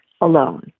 alone